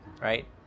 right